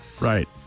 Right